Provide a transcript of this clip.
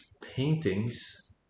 paintings